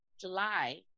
July